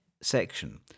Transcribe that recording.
section